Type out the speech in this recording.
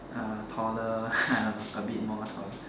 uh taller a bit more taller